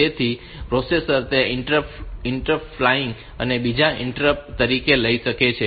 તેથી પ્રોસેસર તે ઈન્ટર ફ્લાઈંગ ને બીજા ઈન્ટરપ્ટ તરીકે લઈ શકે છે